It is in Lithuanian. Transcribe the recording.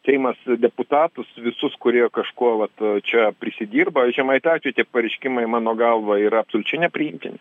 seimas deputatus visus kurie kažkuo vat čia prisidirba žemaitaičio tie pareiškimai mano galva yra absoliučiai nepriimtini